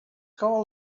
call